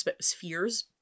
spheres